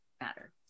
matter